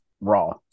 Raw